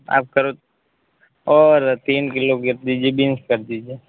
आप करो और तीन किलो कर दीजिए बीन्स कर दीजिए